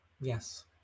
Yes